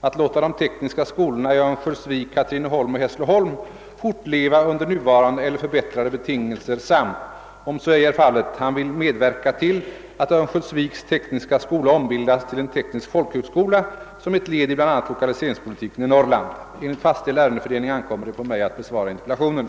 att låta de tekniska skolorna i Örnsköldsvik, Katrineholm och Hässleholm fortleva under nuvarande eller förbättrade betingelser samt, om så ej är fallet, han vill medverka till att Örnsköldsviks tekniska skola ombildas till en teknisk folkhögskola som ett led i bl.a. lokaliseringspolitiken i Norrland. Enligt fastställd ärendesfördelning ankommer det på mig att besvara interpellationen.